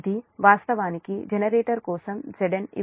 ఇది వాస్తవానికి జనరేటర్ కోసం Zn ఇవ్వబడలేదు